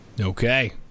Okay